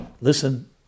listen